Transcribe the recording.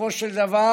בסופו של דבר,